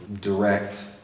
direct